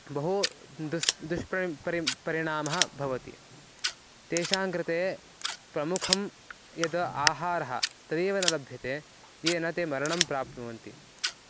बहु दुष् दुष्परि परि परिणामः भवति तेषाङ्कृते प्रमुखः यद् आहारः तदेव न लभ्यते येन ते मरणं प्राप्नुवन्ति